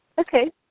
Okay